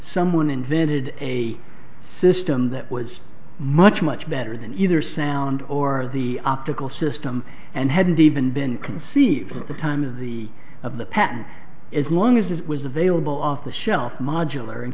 someone invented a system that was much much better than either sound or the optical system and hadn't even been conceived at the time of the of the patent as long as it was available off the shelf modular and